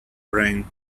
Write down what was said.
brain